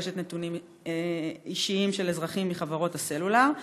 רוכשת נתונים אישיים של אזרחים מחברות הסלולר?